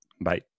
Bye